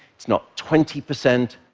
it's not twenty percent.